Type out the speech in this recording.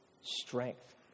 strength